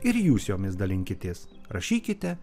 ir jūs jomis dalinkitės rašykite